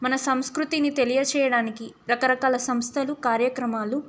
మన సంస్కృతిని తెలియజేయడానికి రకరకాల సంస్థలు కార్యక్రమాలు